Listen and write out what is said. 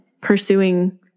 pursuing